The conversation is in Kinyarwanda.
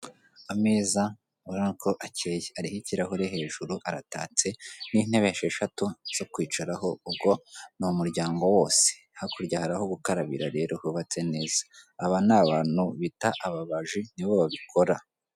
Ameza ubona ko akeye ariho ikirahure hejuru aratatse n'intebe esheshatu zo kwicaraho ubwo n'umuryango wose hakurya haraho gukarabira rero hubatse neza aba ni abantu bita ababaji nibo babikora.